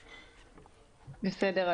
בסדר,